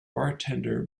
bartender